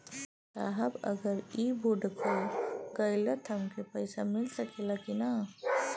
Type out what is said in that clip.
साहब अगर इ बोडखो गईलतऽ हमके पैसा मिल सकेला की ना?